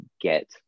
get